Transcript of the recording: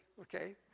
okay